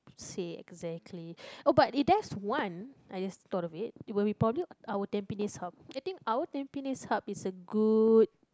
say exactly oh but it there's one I just thought of it it be probably our tampines Hub I think our tampines Hub is a good